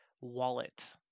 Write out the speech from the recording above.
wallet